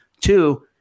Two